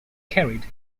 carried